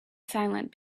silent